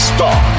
Star